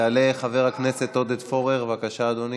יעלה חבר הכנסת עודד פורר, בבקשה, אדוני.